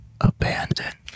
abandoned